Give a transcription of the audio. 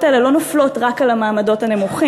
האלה לא נופלות רק על המעמדות הנמוכים,